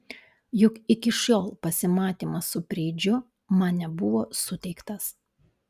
juk iki šiol pasimatymas su preidžiu man nebuvo suteiktas